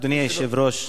אדוני היושב-ראש,